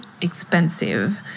expensive